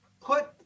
put